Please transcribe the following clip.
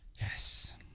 Yes